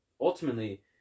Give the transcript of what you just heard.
ultimately